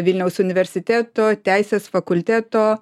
vilniaus universiteto teisės fakulteto